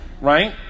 right